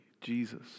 Jesus